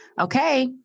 Okay